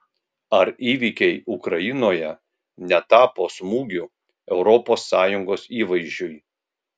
ar įvykiai ukrainoje netapo smūgiu europos sąjungos įvaizdžiui